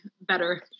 better